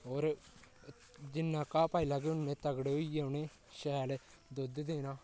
होर जि'न्ना घाऽ पाई लैगे उ'न्ने तगड़े होइयै उ'नें शैल दोद्ध देना